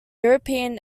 european